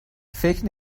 فکر